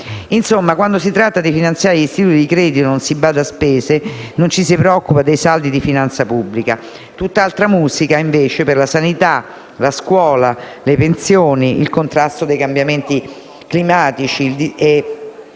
Insomma, quando si tratta di finanziare gli istituti di credito non si bada a spese, non ci si preoccupa dei saldi di finanza pubblica. Tutt'altra musica, invece, per la sanità, la scuola, le pensioni, il contrasto dei cambiamenti climatici e